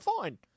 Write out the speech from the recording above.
fine